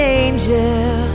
angel